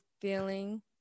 feeling